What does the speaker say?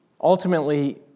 ultimately